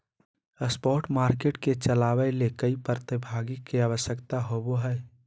spot market के चलावय ले कई प्रतिभागी के आवश्यकता होबो हइ